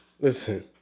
Listen